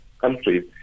countries